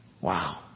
Wow